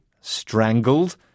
strangled